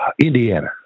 Indiana